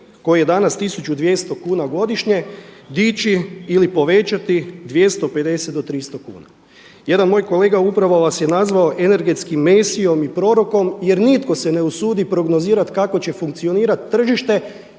koji je danas 1200 kuna godišnje dići ili povećati 250 do0 300 kuna. Jedan moj kolega upravo vas je nazvao energetskim Mesijom i prorokom, jer nitko se ne usudi prognozirati kako će funkcionirati tržište.